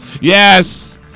Yes